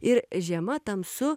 ir žiema tamsu